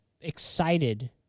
excited